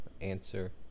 answer